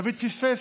דוד פספס.